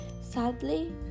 Sadly